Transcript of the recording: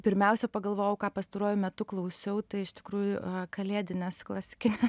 pirmiausia pagalvojau ką pastaruoju metu klausiau tai iš tikrųjų kalėdinės klasikinė